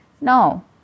no